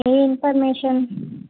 A information